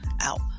out